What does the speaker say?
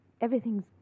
Everything's